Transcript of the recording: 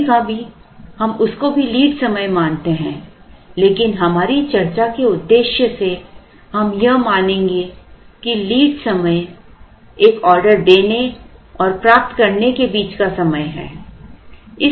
कभी कभी हम उसको भी लीड समय मानते हैं लेकिन हमारी चर्चा के उद्देश्य से हम यह मानेंगे कि लीड समय एक ऑर्डर देने और प्राप्त करने के बीच का समय है